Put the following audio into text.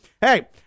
Hey